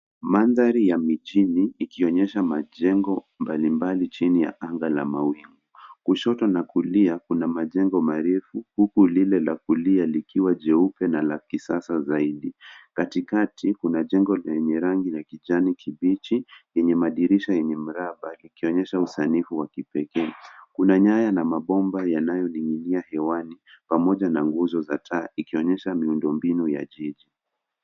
Maandari ya mjini ikionyesha majengo mbali mbali jini ya angaa ya mawingu. Kushoto na kulia kuna majengo marefu huku lile la kulia likiwa jeupe na la kisasa zaidi, katikati kuna jengo rangi ya kijani kibichi enye madirisha enye miraba ikionyesha usanifu wa kipekee. Kuna nyaya na mapomba yanaoningi'nia hewani pomaja na nguzo za taa ikionyesha miundobinu ya jijini